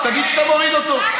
תגיד שאתה מוריד אותו.